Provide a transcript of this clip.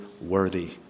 worthy